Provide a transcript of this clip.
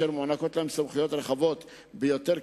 שכאמור מוענקות להם סמכויות רחבות ביותר,